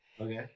Okay